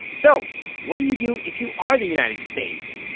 so what do you do if you are the united states?